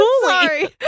Sorry